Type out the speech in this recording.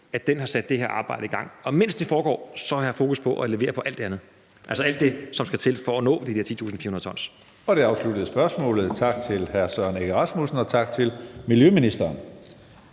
med i, har sat det her arbejde i gang. Og mens det foregår, har jeg fokus på at levere på alt det andet, som skal til for at nå de der 10.400 t.